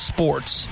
Sports